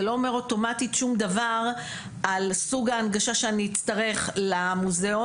זה לא אומר אוטומטית שום דבר על סוג ההנגשה שאני אצטרך למוזיאון,